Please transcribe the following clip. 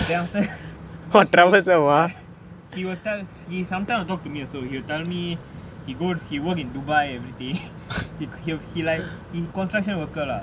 then after that because he ya he will tell he sometime will talk to me also he'll tell me he go he worked in dubai and everything he like he construction worker lah